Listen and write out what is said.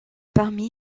parmi